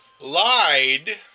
lied